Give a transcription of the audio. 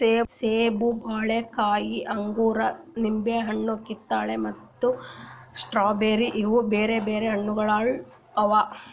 ಸೇಬ, ಬಾಳೆಕಾಯಿ, ಅಂಗೂರ, ನಿಂಬೆ ಹಣ್ಣು, ಕಿತ್ತಳೆ ಮತ್ತ ಸ್ಟ್ರಾಬೇರಿ ಇವು ಬ್ಯಾರೆ ಬ್ಯಾರೆ ಹಣ್ಣುಗೊಳ್ ಅವಾ